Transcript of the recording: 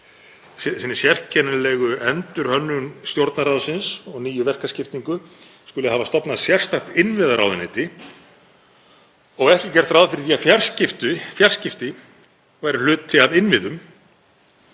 í sinni sérkennilegu endurhönnun Stjórnarráðsins og nýju verkaskiptingu skuli hafa stofnað sérstakt innviðaráðuneyti og ekki gert ráð fyrir því að fjarskipti væru hluti af innviðum